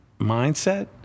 mindset